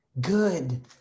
good